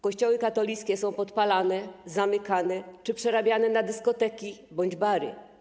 Kościoły katolickie są podpalane, zamykane czy przerabiane na dyskoteki bądź bary.